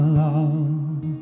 love